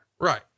Right